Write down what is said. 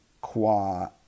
qua